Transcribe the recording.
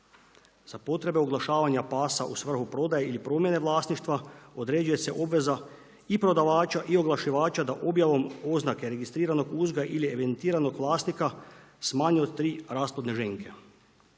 Sa potrebe oglašavanja pasa u svrhu prodaje ili promjene vlasništva, određuje se obveza i prodavača i oglašivača da objavom oznake registriranog uzgoja ili evidentiranog vlasnika, s manje od tri rasplodne ženke.